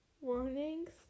warnings